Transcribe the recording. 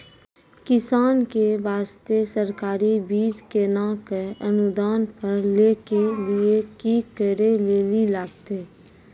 किसान के बास्ते सरकारी बीज केना कऽ अनुदान पर लै के लिए की करै लेली लागतै?